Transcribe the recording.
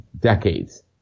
decades